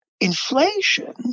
inflation